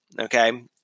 Okay